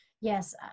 Yes